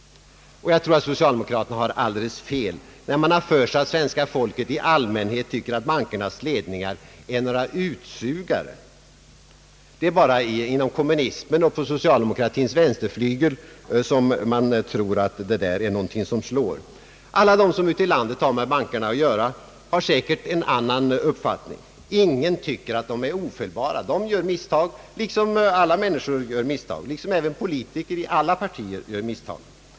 Jag tror att socialdemokraterna har fel i sin föreställning att svenska folket i allmänhet tycker att bankernas ledningar skulle fungera som utsugare. Det är bara inom kommunismen och på socialdemokratins vänsterflygel som man tror att detta är ett argument som slår. Alla de som ute i landet har att göra med bankerna hyser säkerligen en annan uppfattning. Ingen tycker att bankerna är ofelbara — man gör där misstag liksom sker på alla andra håll, även bland politikerna.